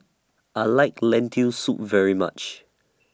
I like Lentil Soup very much